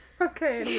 okay